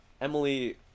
Emily